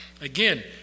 Again